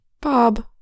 Bob